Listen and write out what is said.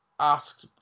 ask